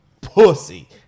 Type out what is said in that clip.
pussy